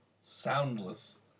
soundless